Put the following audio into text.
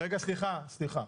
רגע, סליחה, סליחה.